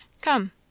Come